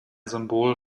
symbol